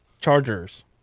Chargers